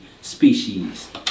species